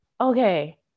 Okay